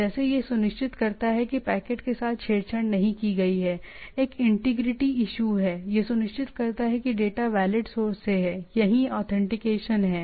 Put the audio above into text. जैसे यह सुनिश्चित करता है कि पैकेट के साथ छेड़छाड़ नहीं की गई है एक इंटीग्रिटी इश्यू है यह सुनिश्चित करता है कि डेटा वैलिड सोर्स से है यही ऑथेंटिकेशन है